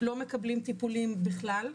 לא מקבלים טיפולים בכלל.